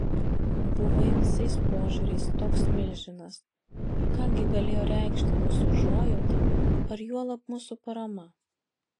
buvai visais požiūriais toks milžinas ką gi galėjo reikšti mūsų užuojauta ar juolab mūsų parama